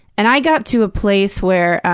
and i got to a place where.